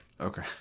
okay